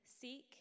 seek